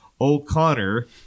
O'Connor